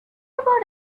about